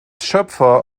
schöpfer